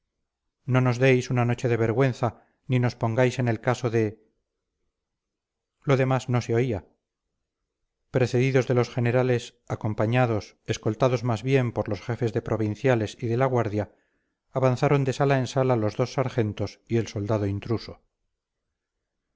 no nos deis una noche de vergüenza ni nos pongáis en el caso de lo demás no se oía precedidos de los generales acompañados escoltados más bien por los jefes de provinciales y de la guardia avanzaron de sala en sala los dos sargentos y el soldado intruso